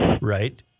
Right